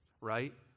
right